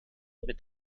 mit